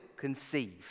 conceive